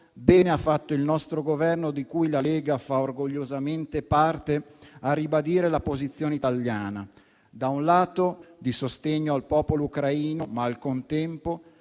bene ha fatto il nostro Governo, di cui la Lega fa orgogliosamente parte, a ribadire la posizione italiana, che, da un lato, è di sostegno al popolo ucraino, ma al contempo,